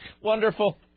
Wonderful